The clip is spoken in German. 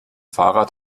fahrrad